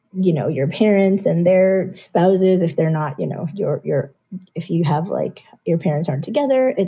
you know, your parents and their spouses, if they're not, you know, your your if you have like your parents aren't together,